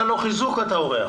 אתה לא חיזוק, אתה אורח.